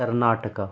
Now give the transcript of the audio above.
Karnataka